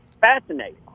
Fascinating